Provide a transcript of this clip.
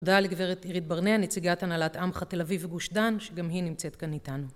תודה לגברת עירית ברנע, נציגת הנהלת עמך תל אביב וגוש דן, שגם היא נמצאת כאן איתנו.